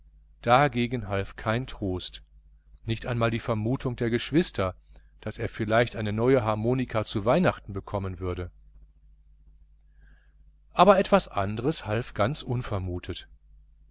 dagegen half kein trost nicht einmal die vermutung der geschwister daß er vielleicht eine neue harmonika zu weihnachten bekommen würde aber etwas anderes half ganz unvermutet